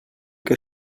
que